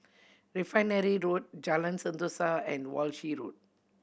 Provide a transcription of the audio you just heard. Refinery Road Jalan Sentosa and Walshe Road